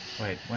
wait